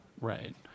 Right